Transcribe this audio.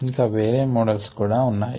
ఇంకా వేరే మోడల్స్ కూడా ఉన్నాయి